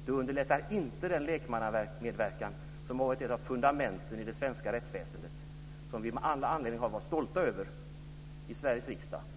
att det inte underlättar den lekmannamedverkan som har varit ett av fundamenten i det svenska rättsväsendet och som vi har all anledning att vara stolta över i Sveriges riksdag.